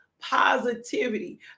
positivity